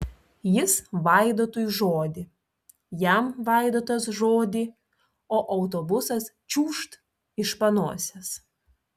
jis vaidotui žodį jam vaidotas žodį o autobusas čiūžt iš panosės